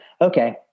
okay